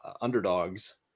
underdogs